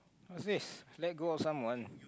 what's this let go of someone